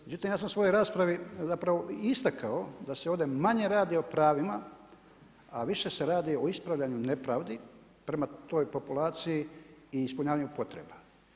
Međutim, ja sam u svojoj raspravi zapravo i istakao da se ovdje manje radi o pravima a više se radi o ispravljanju nepravdi prema toj populaciji i ispunjavanju potreba.